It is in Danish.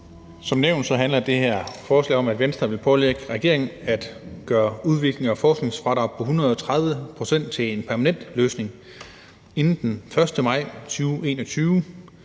Som nævnt handler det her forslag om, at Venstre vil pålægge regeringen at gøre udviklings- og forskningsfradraget på 130 pct. til en permanent løsning inden den 1. maj 2021.